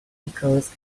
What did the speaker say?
because